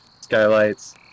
skylights